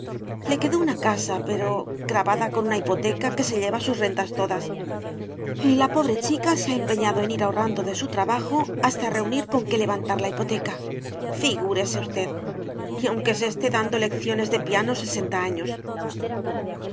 le quedó una casa pero gravada con una hipoteca que se lleva sus rentas todas y la pobre chica se ha empeñado en ir ahorrando de su trabajo hasta reunir con que levantar la hipoteca figúrese usted ni aunque se esté dando lecciones de piano sesenta años